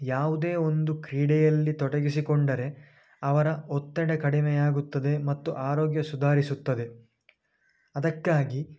ಯಾವುದೇ ಒಂದು ಕ್ರೀಡೆಯಲ್ಲಿ ತೊಡಗಿಸಿಕೊಂಡರೆ ಅವರ ಒತ್ತಡ ಕಡಿಮೆಯಾಗುತ್ತದೆ ಮತ್ತು ಆರೋಗ್ಯ ಸುಧಾರಿಸುತ್ತದೆ ಅದಕ್ಕಾಗಿ